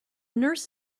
nurse